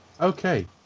Okay